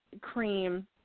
cream